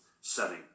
setting